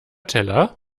teller